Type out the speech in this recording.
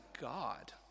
God